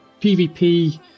PVP